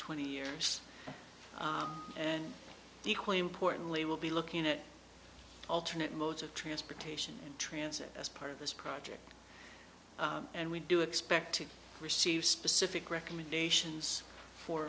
twenty years and equally importantly will be looking at alternate modes of transportation and transit as part of this project and we do expect to receive specific recommendations for